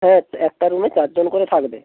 হ্যাঁ একটা রুমে চারজন করে থাকবে